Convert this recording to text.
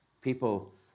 people